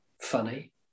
funny